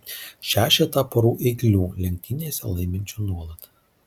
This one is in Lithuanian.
šešetą porų eiklių lenktynėse laiminčių nuolat